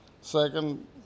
second